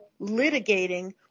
litigating